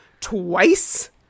Twice